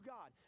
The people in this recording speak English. God